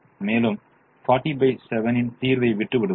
மேலும் 407 ன் தீர்வை விட்டு விடுவோம்